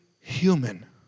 human